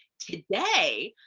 today,